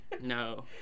No